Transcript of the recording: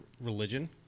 religion